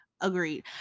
Agreed